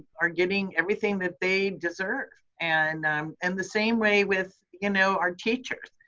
are getting everything that they deserve. and um and the same way with you know, our teachers.